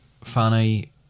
funny